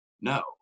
no